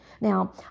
Now